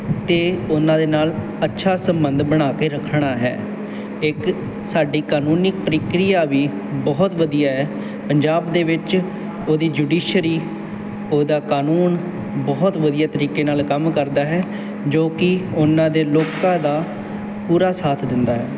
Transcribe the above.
ਅਤੇ ਉਹਨਾਂ ਦੇ ਨਾਲ ਅੱਛਾ ਸੰਬੰਧ ਬਣਾ ਕੇ ਰੱਖਣਾ ਹੈ ਇੱਕ ਸਾਡੀ ਕਾਨੂੰਨੀ ਪ੍ਰਕਿਰਿਆ ਵੀ ਬਹੁਤ ਵਧੀਆ ਹੈ ਪੰਜਾਬ ਦੇ ਵਿੱਚ ਉਹਦੀ ਜੁਡੀਸ਼ਰੀ ਉਹਦਾ ਕਾਨੂੰਨ ਬਹੁਤ ਵਧੀਆ ਤਰੀਕੇ ਨਾਲ ਕੰਮ ਕਰਦਾ ਹੈ ਜੋ ਕਿ ਉਹਨਾਂ ਦੇ ਲੋਕਾਂ ਦਾ ਪੂਰਾ ਸਾਥ ਦਿੰਦਾ ਹੈ